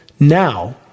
Now